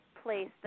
place